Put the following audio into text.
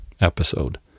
episode